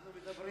אנחנו מדברים,